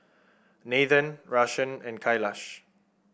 Nathan Rajesh and Kailash